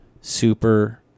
Super